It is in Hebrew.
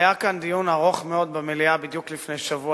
היה כאן דיון ארוך מאוד במליאה בדיוק לפני שבוע,